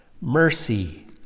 mercy